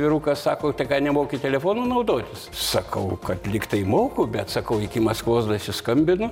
vyrukas sako tai ką nemoki telefonu naudotis sakau kad lyg tai moku bet sakau iki maskvos dasiskambinu